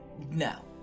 No